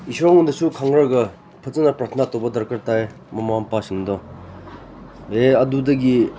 ꯏꯁꯣꯔ ꯐꯖꯅ ꯄ꯭ꯔꯊꯅꯥꯠ ꯇꯧꯕ ꯗꯔꯀꯥꯔ ꯇꯥꯏ ꯃꯃꯥ ꯃꯄꯥꯁꯤꯡꯗꯣ ꯑꯗꯒꯤ ꯑꯗꯨꯗꯒꯤ